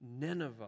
Nineveh